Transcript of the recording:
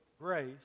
grace